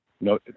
no